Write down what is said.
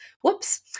Whoops